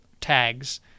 tags